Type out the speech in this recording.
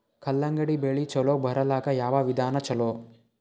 ಕಲ್ಲಂಗಡಿ ಬೆಳಿ ಚಲೋ ಬರಲಾಕ ಯಾವ ವಿಧಾನ ಚಲೋ?